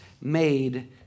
made